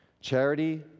Charity